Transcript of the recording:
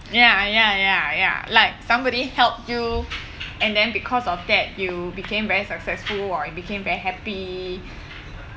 ya ya ya ya like somebody help you and then because of that you became very successful or became very happy